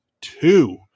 two